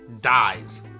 dies